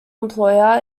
employer